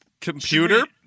Computer